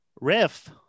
Riff